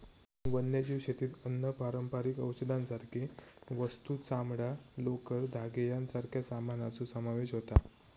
वन्यजीव शेतीत अन्न, पारंपारिक औषधांसारखे वस्तू, चामडां, लोकर, धागे यांच्यासारख्या सामानाचो समावेश होता